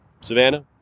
Savannah